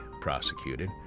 prosecuted